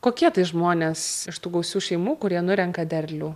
kokie tai žmonės iš tų gausių šeimų kurie nurenka derlių